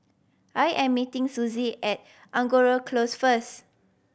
I am meeting Susie at Angora Close first